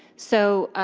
so